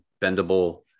bendable